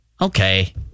okay